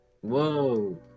Whoa